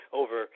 over